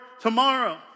tomorrow